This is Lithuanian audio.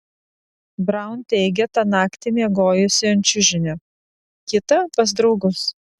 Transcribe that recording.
braun teigia tą naktį miegojusi ant čiužinio o kitą pas draugus